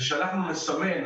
שאנחנו נסמן,